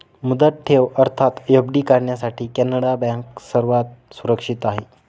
मुदत ठेव अर्थात एफ.डी काढण्यासाठी कॅनडा बँक सर्वात सुरक्षित आहे